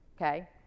okay